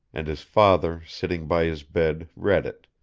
and his father sitting by his bed read it,